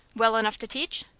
well enough to teach?